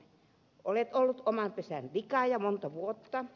olet ollut oman pesän likaaja monta vuotta